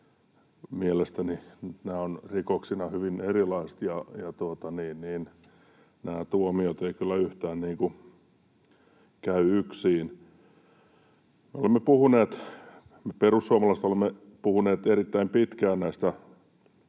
Mielestäni nämä ovat rikoksina hyvin erilaisia, ja nämä tuomiot eivät kyllä yhtään käy yksiin. Me perussuomalaiset olemme puhuneet erittäin pitkään